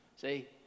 See